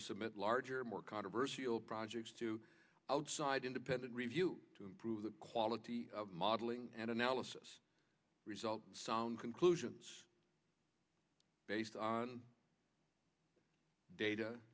to submit larger more controversy over projects to outside independent review to improve the quality of modeling and analysis results sound conclusions based on data